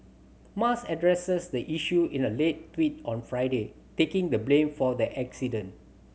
musk addressed the issue in a late tweet on Friday taking the blame for the accident